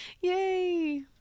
Yay